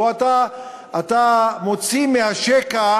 או אתה מוציא משקע